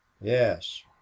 yes